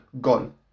gone